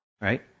right